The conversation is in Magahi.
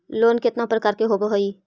लोन केतना प्रकार के होव हइ?